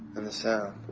and the sound.